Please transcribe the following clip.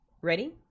Ready